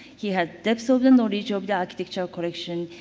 he had depths of the knowledge of the architecture collection.